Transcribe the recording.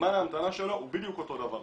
זמן ההמתנה שלו הוא בדיוק אותו דבר.